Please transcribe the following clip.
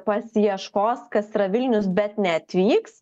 pasiieškos kas yra vilnius bet neatvyks